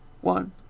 one